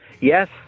Yes